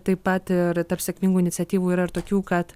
taip pat ir tarp sėkmingų iniciatyvų yra ir tokių kad